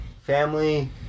family